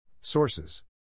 Sources